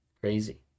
crazy